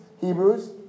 Hebrews